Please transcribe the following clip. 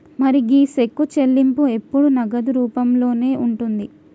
మరి గీ సెక్కు చెల్లింపు ఎప్పుడు నగదు రూపంలోనే ఉంటుంది